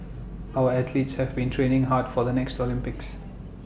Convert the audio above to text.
our athletes have been training hard for the next Olympics